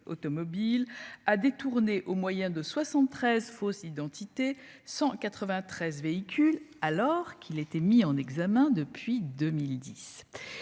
automobile a détourné au moyen de 73 fausse identité 193 véhicules alors qu'il était mis en examen depuis 2010